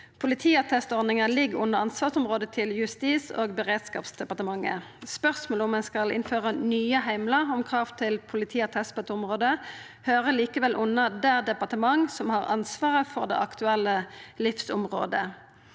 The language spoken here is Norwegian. Politiattestordninga ligg under ansvarsområdet til Justis- og beredskapsdepartementet. Spørsmålet om ein skal innføra nye heimlar om krav til politiattest på eit område, høyrer likevel under det departementet som har ansvaret for det aktuelle livsområdet.